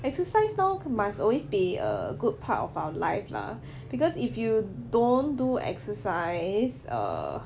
exercise now must always be a good part of our life lah because if you don't do exercise err